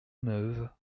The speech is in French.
neuve